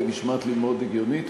היא נשמעת לי מאוד הגיונית,